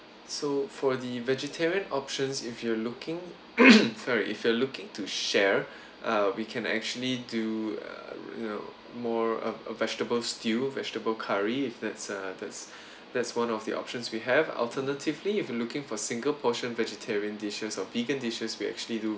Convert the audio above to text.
so for the vegetarian options if you're looking sorry if you are looking to share uh we can actually do uh you know more of a vegetable stew vegetable curry if that's uh that's that's one of the options we have alternatively if you're looking for single portion vegetarian dishes of vegan dishes we actually do